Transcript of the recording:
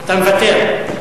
אתה מוותר?